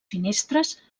finestres